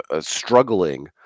struggling